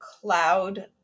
cloud